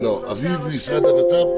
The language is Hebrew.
אביב ממשרד הבט"פ,